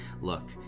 Look